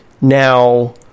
Now